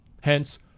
Hence